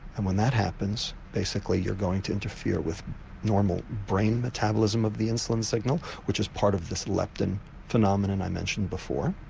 and when that happens basically you're going to interfere with normal brain metabolism of the insulin signal which is part of this leptin phenomenon i mentioned before.